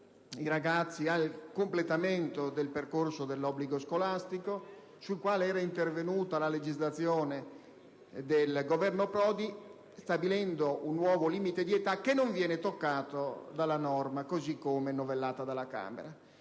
i ragazzi al completamento del percorso dell'obbligo scolastico, sul quale era intervenuta la legislazione del Governo Prodi stabilendo un nuovo limite di età, che non viene toccato dalla norma così come novellata dalla Camera.